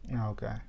Okay